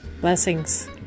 Blessings